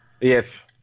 Yes